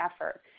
effort